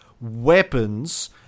weapons